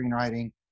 screenwriting